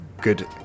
good